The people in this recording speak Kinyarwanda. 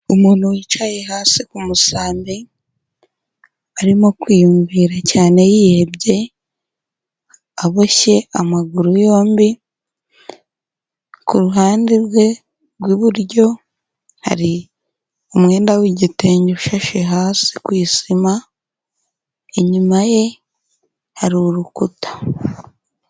Umuntu wicaye hasi ku musambi, arimo kwiyumvira cyane yihebye, aboshye amaguru yombi, ku ruhande rwe rw'iburyo, hari umwenda w'igitenge ushashe hasi ku isima, inyuma ye hari urukuta.